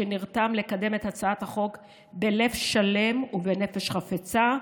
שנרתם לקדם את הצעת החוק בלב שלם ובנפש חפצה,